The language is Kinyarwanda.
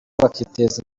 bakiteza